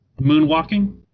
Moonwalking